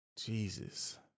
Jesus